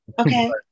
okay